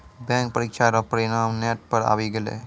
bank परीक्षा रो परिणाम नेट पर आवी गेलै